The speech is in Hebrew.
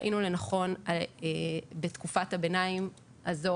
ראינו לנכון בתקופת הביניים הזו,